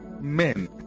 men